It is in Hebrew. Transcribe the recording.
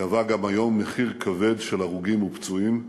גבה גם היום מחיר כבד של הרוגים ופצועים.